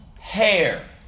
hair